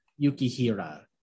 Yukihira